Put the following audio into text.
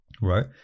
right